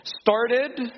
started